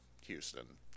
Houston